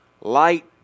Light